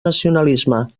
nacionalisme